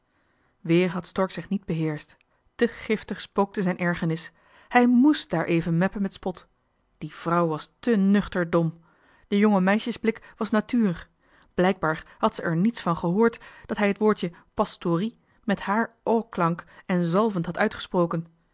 weer had stork zich niet beheerscht te giftig spookte zijn ergernis hij mest daar even meppen met spot doch de koorts bleek alweer gezakt die vrouw was ook te nuchter dom de jonge meisjes blik was natuur blijkbaar had zij er niets van gehoord dat hij het woordje pastorie met haar klank en zalvend had uitgesproken